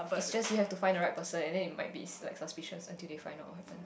is just you have to find the right person and then it might be like suspicious until they find out what happen